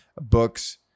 books